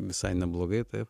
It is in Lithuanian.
visai neblogai taip